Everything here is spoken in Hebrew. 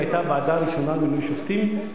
והיתה הוועדה הראשונה למינוי שופטים,